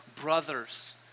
brothers